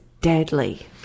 deadly